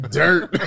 dirt